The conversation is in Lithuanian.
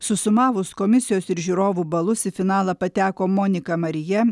susumavus komisijos ir žiūrovų balus į finalą pateko monika marija